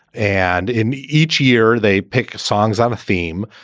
and in each year, they pick songs on a theme.